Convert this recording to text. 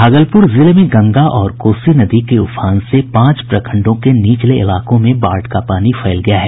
भागलपुर जिले में गंगा और कोसी नदी के उफान से पांच प्रखंडों के निचले इलाकों में बाढ़ का पानी फैल गया है